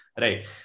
right